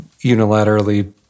unilaterally